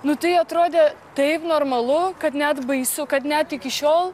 nu tai atrodė taip normalu kad net baisu kad net iki šiol